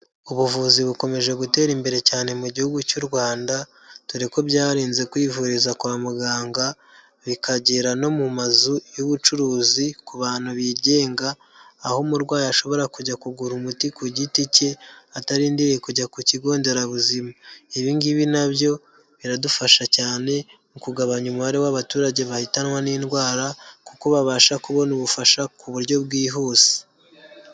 Ubuvuzi bukomeje gutera imbere cyane mu gihugu cy'u Rwanda dore ko byarenze kwivuriza kwa muganga bikagera no mu mazu y'ubucuruzi ku bantu bigenga, aho umurwayi ashobora kujya kugura umuti ku giti cye, atarindiriye kujya ku kigo nderabuzima, ibi ngibi nabyo biradufasha cyane mu kugabanya umubare w'abaturage bahitanwa n'indwara kuko babasha kubona ubufasha ku buryo bwihuse.